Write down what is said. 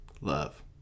love